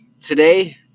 today